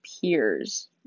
peers